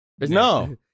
No